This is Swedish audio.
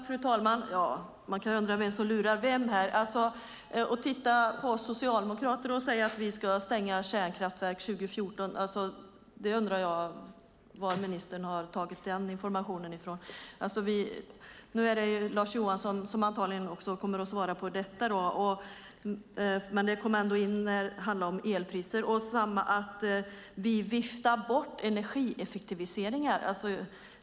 Fru talman! Man kan undra vem som lurar vem här. Jag undrar varifrån ministern har fått informationen att vi socialdemokrater ska stänga kärnkraftverk 2014. Nu är det antagligen Lars Johansson som kommer att svara på frågor om detta och om elpriser. Samma sak är det med att vi viftar bort energieffektiviseringar.